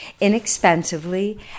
inexpensively